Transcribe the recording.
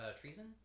treason